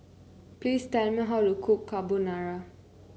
please tell me how to cook Carbonara